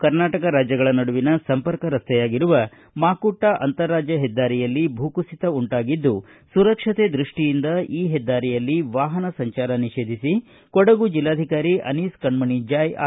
ಕರ್ನಾಟಕ ಮತ್ತು ಕೇರಳ ರಾಜ್ಜಗಳ ನಡುವಿನ ಸಂಪರ್ಕ ರಸ್ತೆಯಾಗಿರುವ ಮಾಕುಟ್ಟ ಅಂತರರಾಜ್ಜ ಹೆದ್ದಾರಿಯಲ್ಲಿ ಭೂಕುಸಿತ ಉಂಟಾಗಿದ್ದು ಸುರಕ್ಷತೆ ದೃಷ್ಟಿಯಿಂದ ಈ ಹೆದ್ದಾರಿಯಲ್ಲಿ ವಾಹನ ಸಂಚಾರ ನಿಷೇಧಿಸಿ ಕೊಡಗು ಜಿಲ್ಲಾಧಿಕಾರಿ ಅನೀಸ್ ಕಣ್ಣಣಿ ಜಾಯ್ ಆದೇಶಿಸಿದ್ದಾರೆ